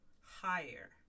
higher